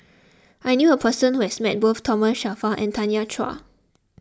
I knew a person who has met both Thomas Shelford and Tanya Chua